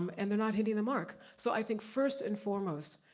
and they're not hitting the mark. so, i think, first and foremost,